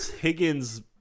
Higgins